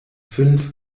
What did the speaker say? fünf